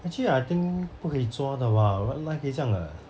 actually I think 不可以抓的 [what] 哪里可以这样的